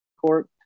court